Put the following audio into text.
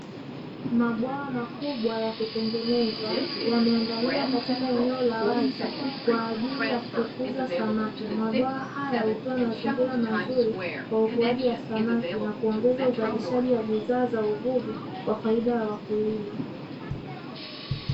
Mabwawa makubwa ya kutengenezwa yameandaliwa katika eneo la wazi kwa ajili ya kukuza samaki. Mabwawa haya hutoa mazingira mazuri kwa ukuwaji wa samaki na kuongeza uzalishaji wa bidhaa za uvuvi kwa faida ya wakulima.